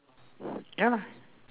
ya lah